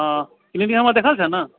हँ क्लिनिक हमर देखल छ ने